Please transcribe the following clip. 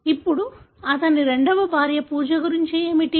ఇప్పుడు అతని రెండవ భార్య పూజ గురించి ఏమిటి